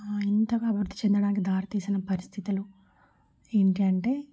ఇంతగా అభివృద్ధి చెందడానికి దారి తీసిన పరిస్థితులు ఏమిటంటే